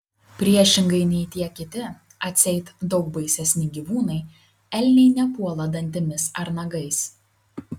priešingai nei tie kiti atseit daug baisesni gyvūnai elniai nepuola dantimis ar nagais